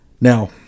Now